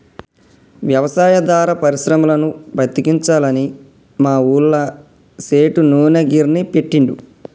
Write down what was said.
వ్యవసాయాధార పరిశ్రమలను బతికించాలని మా ఊళ్ళ సేటు నూనె గిర్నీ పెట్టిండు